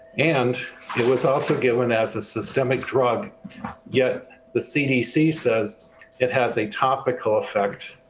and it was also given as a systemic drug yet the cdc says it has a topical effect.